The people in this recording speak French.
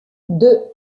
deux